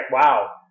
Wow